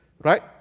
Right